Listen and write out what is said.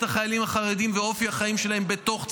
החיילים החרדים ואופי החיים שלהם בתוך צה"ל,